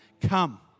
come